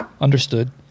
Understood